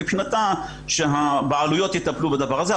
מבחינתה שהבעלויות יטפלו בדבר הזה.